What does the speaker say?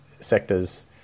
sectors